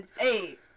eight